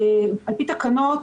על פי תקנות,